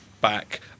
back